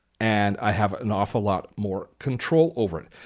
and i have an awful lot more control over it.